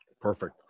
Perfect